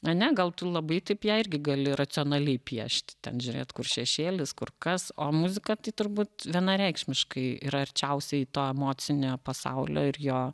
ane gal tu labai taip ją irgi gali racionaliai piešti ten žiūrėt kur šešėlis kur kas o muzika tai turbūt vienareikšmiškai yra arčiausiai to emocinio pasaulio ir jo